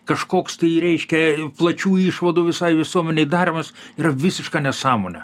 kažkoks tai reiškia plačių išvadų visai visuomenei darymas ir visiška nesąmonė